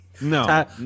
no